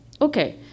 okay